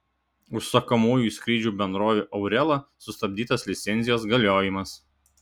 užsakomųjų skrydžių bendrovei aurela sustabdytas licencijos galiojimas